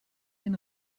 den